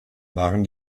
waren